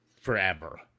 forever